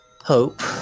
hope